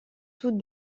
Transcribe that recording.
tout